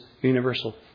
universal